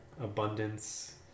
abundance